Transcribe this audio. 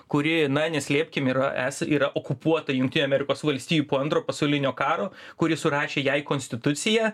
kuri na neslėpkim yra esą yra okupuota jungtinių amerikos valstijų po antro pasaulinio karo kuri surašė jai konstituciją